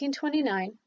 1929